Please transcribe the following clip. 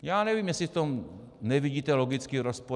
Já nevím, jestli v tom nevidíte logický rozpor.